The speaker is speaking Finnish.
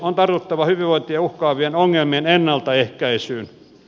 on tartuttava hyvinvointia uhkaavien ongelmien ennaltaehkäisyyn